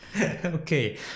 Okay